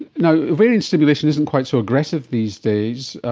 you know ovarian stimulation isn't quite so aggressive these days,